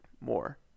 more